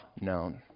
known